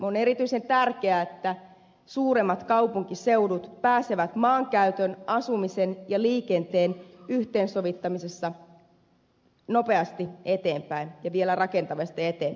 on erityisen tärkeää että suuremmat kaupunkiseudut pääsevät maankäytön asumisen ja liikenteen yhteensovittamisessa nopeasti ja vielä rakentavasti eteenpäin